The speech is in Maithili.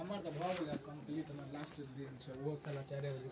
भारत मे कृषि मशीन निर्माता सब विभिन्न प्रकारक मशीनक निर्माण करैत छथि